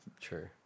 true